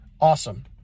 awesome